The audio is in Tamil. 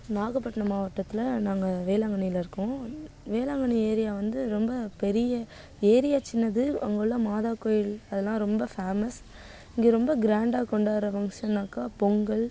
நாகப்பட்டினம் மாவட்டத்தில் நாங்கள் வேளாங்கண்ணியில இருக்கோம் வேளாங்கண்ணி ஏரியா வந்து ரொம்ப பெரிய ஏரியா சின்னது அங்கே உள்ள மாதா கோயில் அதெலாம் ரொம்ப ஃபேமஸ் இங்க ரொம்ப கிராண்டாக கொண்டாடுற ஃபங்க்ஷன்னாக்கா பொங்கல்